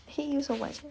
hate you so much eh